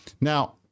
Now